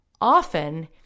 Often